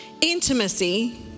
intimacy